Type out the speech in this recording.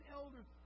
elders